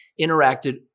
interacted